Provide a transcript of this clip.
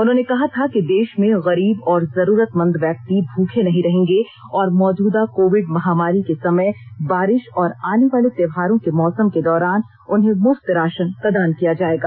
उन्होंने कहा था कि देश में गरीब और जरूरतमंद व्यक्ति भूखे नहीं रहेंगे और मौजूदा कोविड महामारी के समय बारिश और आने वाले त्योहारों के मौसम के दौरान उन्हें मुफ्त राशन प्रदान किया जाएगा